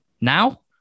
Now